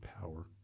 power